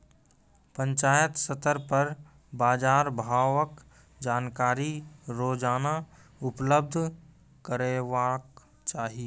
पंचायत स्तर पर बाजार भावक जानकारी रोजाना उपलब्ध करैवाक चाही?